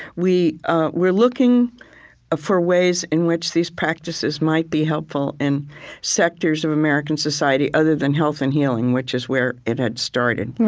we were looking for ways in which these practices might be helpful in sectors of american society other than health and healing, which is where it had started.